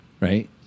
Right